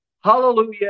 Hallelujah